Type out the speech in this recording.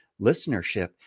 listenership